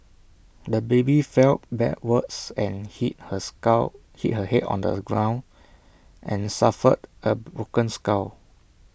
the baby fell backwards and hit her hit her Head on the ground and suffered A broken skull